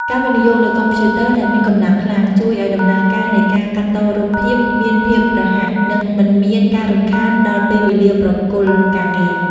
ការវិនិយោគលើកុំព្យូទ័រដែលមានកម្លាំងខ្លាំង ជួយឱ្យដំណើរការនៃការកាត់តរូបភាពមានភាពរហ័ស និងមិនមានការរំខានដល់ពេលវេលាប្រគល់ការងារ។